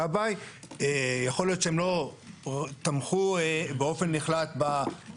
שאנו חשבנו שגם הסכום שחובה לגבות על השקית צריך